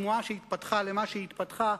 השמועה שהתפתחה למה שהתפתחה,